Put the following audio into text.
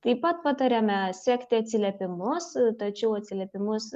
taip pat patariame sekti atsiliepimus tačiau atsiliepimus